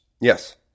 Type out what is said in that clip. Yes